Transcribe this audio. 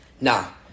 Now